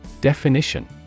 Definition